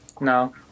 no